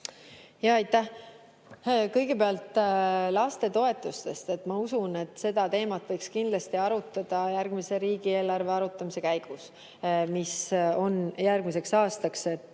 Aitäh! Kõigepealt lastetoetustest. Ma usun, et seda teemat võiks kindlasti arutada järgmise riigieelarve arutamise käigus, mis on järgmiseks aastaks.